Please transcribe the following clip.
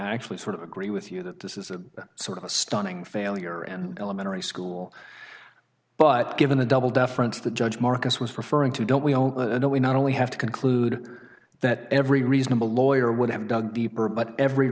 actually sort of agree with you that this is a sort of a stunning failure an elementary school but given the double deference the judge marcus was referring to don't we don't know we not only have to conclude that every reasonable lawyer would have dug deeper but every